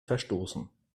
verstoßen